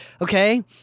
Okay